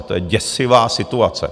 To je děsivá situace!